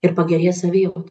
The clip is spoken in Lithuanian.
ir pagerėja savijau